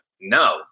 no